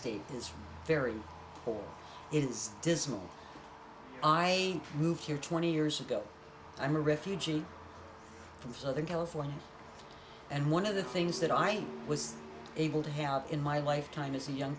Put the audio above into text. state is very poor it is dismal i moved here twenty years ago i'm a refugee from southern california and one of the things that i was able to have in my lifetime as a young